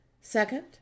Second